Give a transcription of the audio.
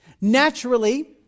Naturally